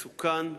מסוכן.